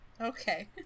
Okay